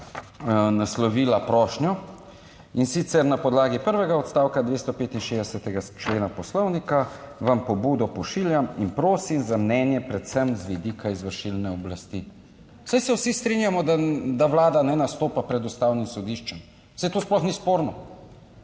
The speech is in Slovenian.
naslovila prošnjo, in sicer na podlagi prvega odstavka 265. člena Poslovnika vam pobudo pošiljam in prosim za mnenje, predvsem z vidika izvršilne oblasti. Saj se vsi strinjamo, da Vlada ne nastopa pred Ustavnim sodiščem, saj to sploh ni sporno.